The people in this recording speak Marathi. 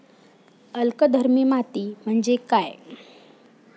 अल्कधर्मी माती म्हणजे काय?